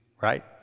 Right